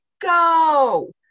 go